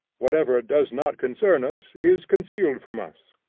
whatever does not concern us is concealed from us.